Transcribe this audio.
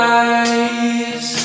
eyes